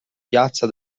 piazza